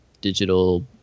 digital